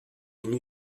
une